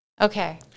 okay